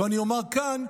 ואני אומר כאן,